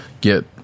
get